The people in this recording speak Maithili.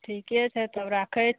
ठीके छै तब राखय